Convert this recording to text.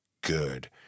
good